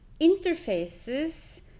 interfaces